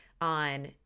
on